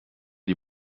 die